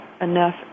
enough